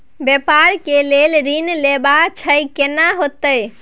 व्यापार के लेल ऋण लेबा छै केना होतै?